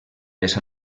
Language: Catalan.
les